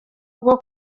bwo